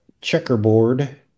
checkerboard